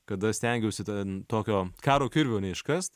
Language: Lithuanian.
kada stengiausi ten tokio karo kirvio neiškast